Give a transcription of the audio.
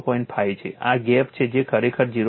5 છે આ ગેપ છે જે ખરેખર 0